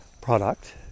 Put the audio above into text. product